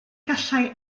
gallai